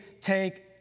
take